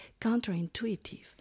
counterintuitive